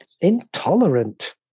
intolerant